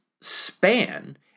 span